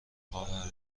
خواهر